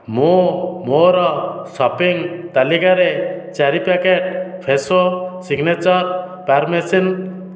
ମୁଁ ମୋର ସପିଂ ତାଲିକାରେ ଚାରି ପ୍ୟାକେଟ୍ ଫ୍ରେସୋ ସିଗ୍ନେଚର୍ ପାର୍ମସିନ୍